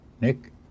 Nick